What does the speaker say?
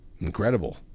Incredible